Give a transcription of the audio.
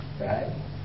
Right